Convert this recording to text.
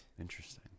interesting